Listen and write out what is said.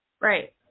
Right